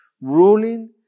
ruling